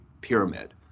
pyramid